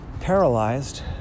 paralyzed